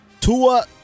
Tua